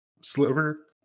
sliver